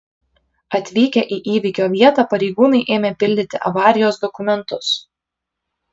atvykę į įvykio vietą pareigūnai ėmė pildyti avarijos dokumentus